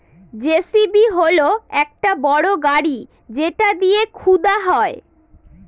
JCB হল একটা বড় গাড়ি যেটা দিয়ে খুদা হয়